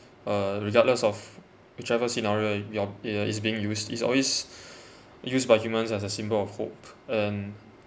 uh regardless of whichever scenario you are is being used is always used by humans as a symbol of hope and